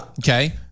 Okay